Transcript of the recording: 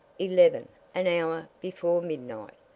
eleven an hour before midnight.